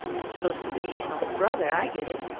i'm supposed to be an older brother. i get it.